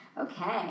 Okay